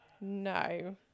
No